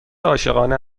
عاشقانه